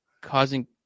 causing